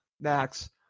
Max